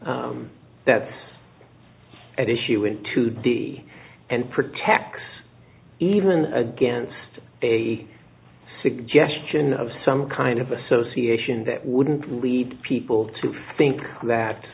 that at issue in two d and protects even against a suggestion of some kind of association that wouldn't lead people to think